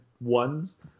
ones